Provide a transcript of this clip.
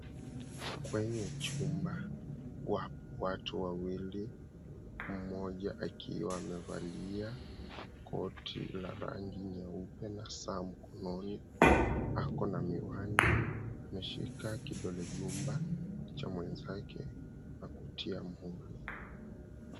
Kwenye chumba, wapo watu wawili, mmoja akiwa amevalia koti la rangi nyeupe na saa mkononi. Akona miwani, ameshika kidole gumba cha mwenzake wa kutia muhuri.